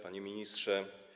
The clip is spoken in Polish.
Panie Ministrze!